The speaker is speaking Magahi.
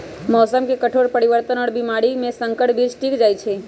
मौसम के कठोर परिवर्तन और बीमारी में संकर बीज टिक जाई छई